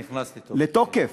נכנס לתוקף.